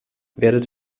werdet